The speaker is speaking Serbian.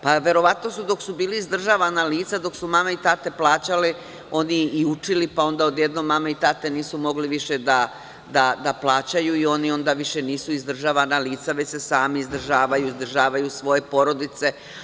Pa verovatno su dok su bili izdržavana lica, dok su mame i tate plaćanje, oni učili, pa onda odjednom mame i tate nisu mogli više da plaćaju i onda oni više nisu izdržavana lica već se sami izdržavaju, izdržavaju svoje porodice.